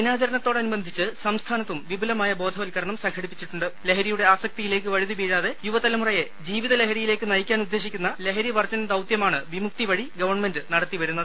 ദിനാചരണത്തോടനുബന്ധിച്ച് സംസ്ഥാനത്തും വിപുലമായ ബോധവൽക്കരണം ലഹരിയുടെ ആസക്തിയിലേക്ക് വഴുതി വീഴാതെ യുവതലമുറയെ ജീവിത ലഹരിയിലേക്ക് നയിക്കാനുദ്ദേശിക്കുന്ന ലഹരി വർജ്ജന ദൌത്യമാണ് വിമുക്തി വഴി ഗവൺമെന്റ് നടത്തി വരുന്നത്